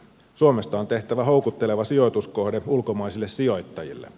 suomesta on tehtävä houkutteleva sijoituskohde ulkomaisille sijoittajille